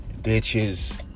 Ditches